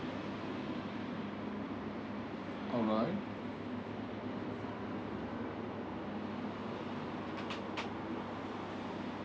alright